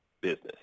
business